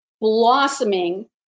blossoming